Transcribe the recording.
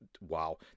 wow